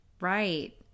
Right